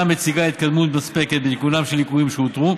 מציגה התקדמות מספקת בתיקונם של ליקויים שאותרו